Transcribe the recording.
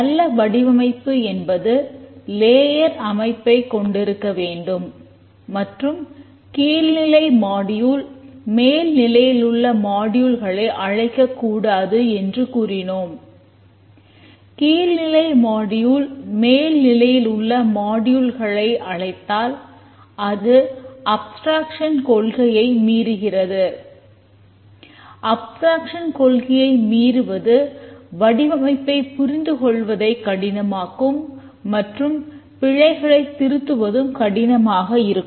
நல்ல வடிவமைப்பு என்பது லேயர் கொள்கையை மீறுவது வடிவமைப்பை புரிந்து கொள்வதைக் கடினமாக்கும் மற்றும் பிழைகளை திருத்துவதும் கடினமாக இருக்கும்